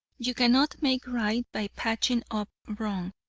you cannot make right by patching up wrong.